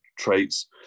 traits